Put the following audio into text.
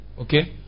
Okay